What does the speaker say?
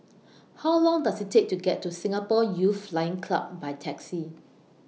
How Long Does IT Take to get to Singapore Youth Flying Club By Taxi